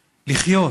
לחיות.